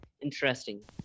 Interesting